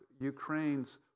Ukraine's